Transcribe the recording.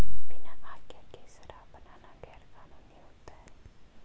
बिना आज्ञा के शराब बनाना गैर कानूनी होता है